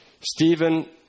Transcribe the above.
Stephen